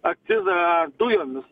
akcizą dujomis